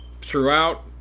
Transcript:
throughout